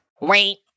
Wait